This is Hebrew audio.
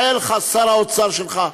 היה לך שר האוצר שלך,